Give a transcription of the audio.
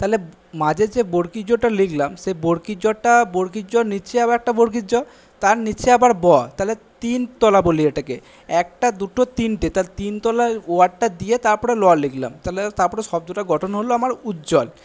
তালে মাঝে যে বরগি জটা লিখলাম সেই বরগি জটা বরগি জর নিচে আরও একটা বরগি জ তার নিচে আবার ব তাহলে তিন তলা বলি এটাকে একটা দুটো তিনটে তাহলে তিনতলা ওয়ার্ডটা দিয়ে তারপরে ল লিখলাম তাহলে তারপরে শব্দটা গঠন হলো আমার উজ্জ্বল